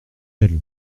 elle